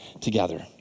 together